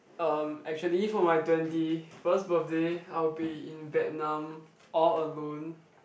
um actually for my twenty first birthday I will be in Vietnam all alone